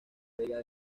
vega